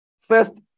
First